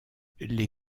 les